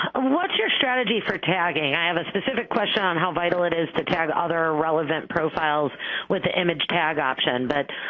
ah what's your strategy for tagging? i have a specific question on how vital it is to tag other relevant profiles with the image tag option, but